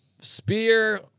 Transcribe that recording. spear